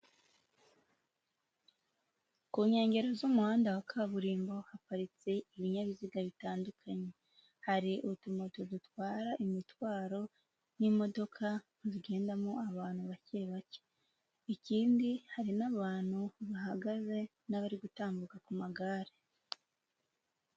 Ku nkengero z'umuhanda wa kaburimbo haparitse ibinyabiziga bitandukanye, hari utumoto dutwara imitwaro n'imodoka zigendamo abantu bake bake, ikindi hari n'abantu bahagaze n'abari gutambuka ku magare.